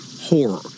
horror